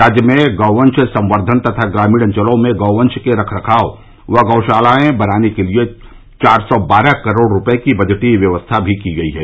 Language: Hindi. राज्य में गौवंश संवर्धन तथा ग्रामीण अंचलों में गौवंश के रख रखाव व गौशालाएं बनाने के लिये चार सौ बारह करोड़ रूपये की बजटीय व्यवस्था भी की गई है